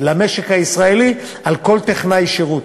למשק הישראלי על כל טכנאי שירות.